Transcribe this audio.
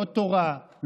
לא תורה,